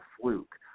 fluke